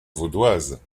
vaudoise